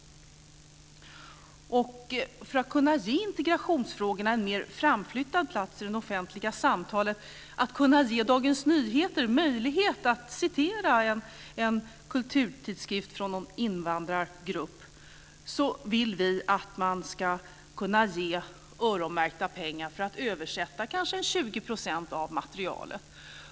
För att kunna ge integrationsfrågorna en mer framflyttad plats i det offentliga samtalet, att t.ex. kunna ge Dagens Nyheter möjlighet att citera en kulturtidskrift från någon invandrargrupp, vill vi att man ska kunna ge öronmärkta pengar för att översätta kanske 20 % av materialet.